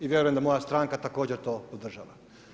Ja vjerujem da moja stranka također to podržava.